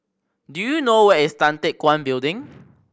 do you know where is Tan Teck Guan Building